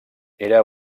era